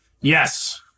yes